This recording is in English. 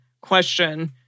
question